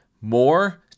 more